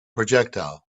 projectile